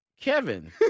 Kevin